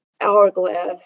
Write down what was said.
hourglass